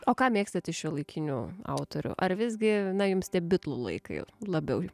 o ką mėgstat iš šiuolaikinių autorių ar visgi na jums tie bitlų laikai labiau